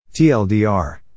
TLDR